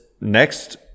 next